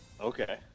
Okay